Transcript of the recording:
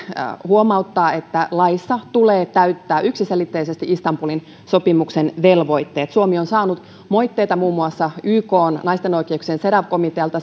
huomauttaa että laissa tulee täyttää yksiselitteisesti istanbulin sopimuksen velvoitteet suomi on saanut moitteita muun muassa ykn naisten oikeuksien cedaw komitealta